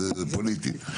פוליטית.